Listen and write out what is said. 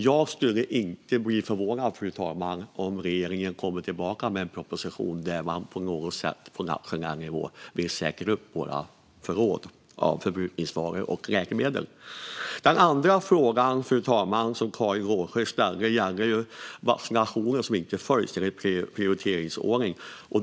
Jag skulle dock inte bli förvånad, fru talman, om regeringen kommer tillbaka med en proposition där man på något sätt på nationell nivå vill säkra våra förråd av förbrukningsvaror och läkemedel. Den andra frågan som Karin Rågsjö ställde, fru talman, gäller vaccinationer som inte följer prioriteringsordningen.